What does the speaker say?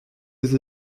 les